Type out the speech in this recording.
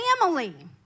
family